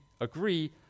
agree